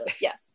yes